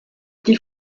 die